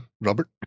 Robert